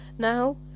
Now